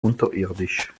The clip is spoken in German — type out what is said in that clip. unterirdisch